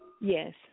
yes